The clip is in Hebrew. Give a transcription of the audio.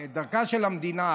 דרכה של המדינה,